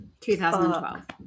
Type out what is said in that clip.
2012